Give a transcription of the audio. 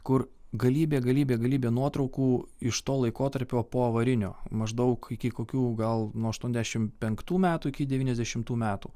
kur galybė galybė galybė nuotraukų iš to laikotarpio poavarinio maždaug iki kokių gal nuo aštuoniasdešimt penktų metų iki devyniasdešimtų metų